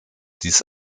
dies